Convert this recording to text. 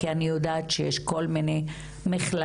כי אני יודעת שיש כל מיני מכללות,